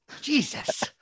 Jesus